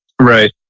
Right